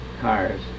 cars